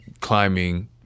climbing